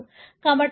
కాబట్టి అదే తేడా